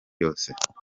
yose